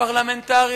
פרלמנטרים